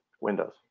Windows